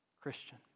Christian